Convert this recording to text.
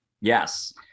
Yes